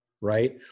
right